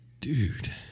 Dude